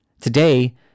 Today